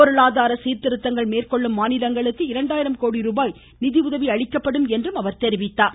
பொருளாதார சீர்திருத்தங்கள் மேற்கொள்ளும் மாநிலங்களுக்கு இரண்டாயிரம் கோடி ரூபாய் நிதி உதவி அளிக்கப்படும் என்றார்